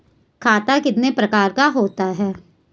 खाता कितने प्रकार का होता है?